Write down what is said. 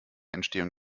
entstehung